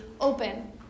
open